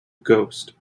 ghost